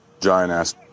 giant-ass